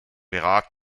perak